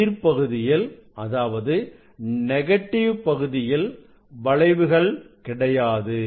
எதிர் பகுதியில் அதாவது நெகட்டிவ் பகுதியில் வளைவுகள் கிடையாது